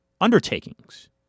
undertakings